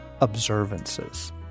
observances